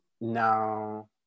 No